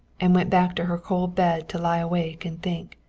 and went back to her cold bed to lie awake and think.